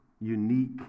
unique